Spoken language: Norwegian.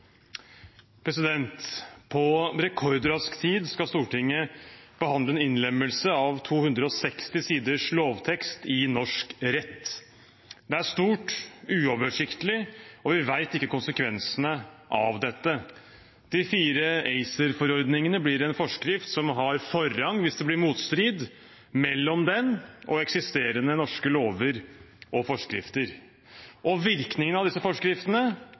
På rekordrask tid skal Stortinget behandle en innlemmelse av 260 sider lovtekst i norsk rett. Det er stort, uoversiktlig, og vi vet ikke konsekvensene av dette. De fire ACER-forordningene blir en forskrift som har forrang hvis det blir motstrid mellom dem og eksisterende norske lover og forskrifter, og virkningen av disse